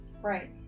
Right